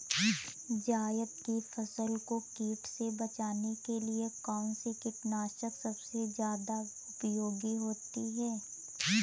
जायद की फसल को कीट से बचाने के लिए कौन से कीटनाशक सबसे ज्यादा उपयोगी होती है?